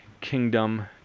kingdom